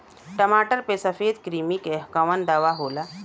टमाटर पे सफेद क्रीमी के कवन दवा होला?